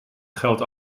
geld